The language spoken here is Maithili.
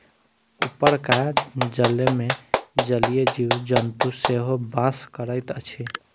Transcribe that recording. उपरका जलमे जलीय जीव जन्तु सेहो बास करैत अछि